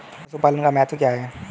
पशुपालन का क्या महत्व है?